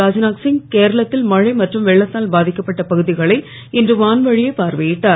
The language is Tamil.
ராஜ்நாத்சிங் கேரளத்தில் மழை மற்றும் வெள்ளத்தால் பாதிக்கப்பட்ட பகுதிகளை இன்று வான்வழியே பார்வையிட்டார்